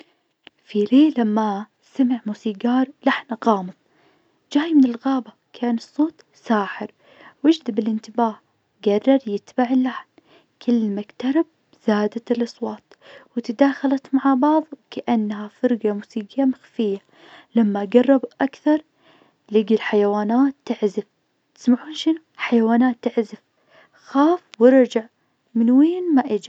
في ليل ما سمع موسيقار لحن غامق جاي من الغابة كان الصوت ساحر، ويجذب الإنتباه. قرر يتبع اللحن كل ما اقترب زادت الأصوات وتداخلت مع بعض كأنها فرقة موسيقية مخفية. لما قرب أكثر لقي الحيوانات تعزف. تسمعون شنو؟ حيوانات تعزف! خاف ورجع من وين ما إجى.